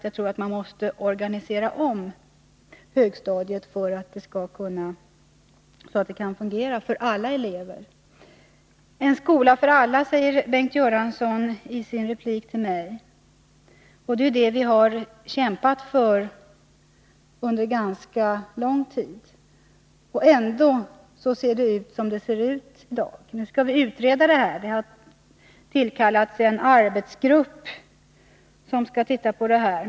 Jag tror att man måste organisera om högstadiet, så att det kan fungera för alla elever. En skola för alla, säger Bengt Göransson i sin replik till mig. Det är ju det vi har kämpat för under ganska lång tid. Ändå ser det ut som det gör i dag. Nu skall vi utreda. Det har tillkallats en arbetsgrupp som skall se på problemen.